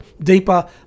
deeper